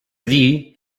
dir